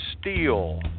Steel